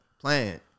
plan